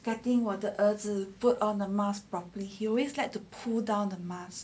getting 我的儿子 to put on a mask properly he always like to pull down the mask